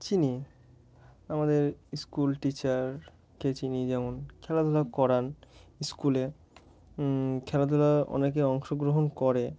চিনি আমাদের স্কুল টিচারকে চিনি যেমন খেলাধুলা করান স্কুলে খেলাধুলায় অনেকে অংশগ্রহণ করে